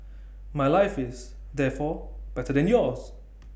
my life is therefore better than yours